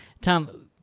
Tom